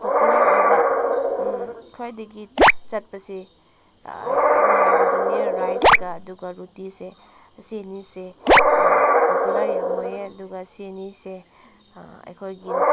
popular ꯑꯣꯏꯕ ꯈ꯭ꯋꯥꯏꯗꯒꯤ ꯆꯠꯄꯁꯦ ꯑꯩꯅ ꯍꯥꯏꯕꯗꯨꯅꯦ ꯟꯤꯌꯥꯔ ꯔꯥꯏꯁꯀ ꯑꯗꯨꯒ ꯔꯨꯇꯤꯁꯦ ꯑꯁꯤ ꯑꯅꯤꯁꯦ ꯄꯣꯄꯨꯂꯔ ꯌꯥꯝ ꯑꯣꯏꯌꯦ ꯑꯗꯨꯒ ꯁꯤ ꯑꯅꯤꯁꯦ ꯑꯩꯈꯣꯏꯒꯤ